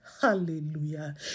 Hallelujah